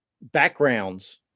backgrounds